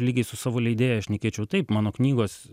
lygiai su savo leidėja šnekėčiau taip mano knygos